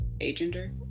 agender